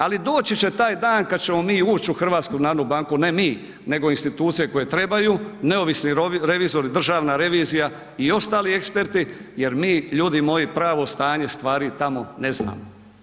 Ali doći će taj dan kad ćemo mi ući u HNB, ne mi, nego institucije koje trebaju, neovisni revizori, državna revizija i ostali eksperti jer mi ljudi moji pravo stanje stvari tamo ne znamo.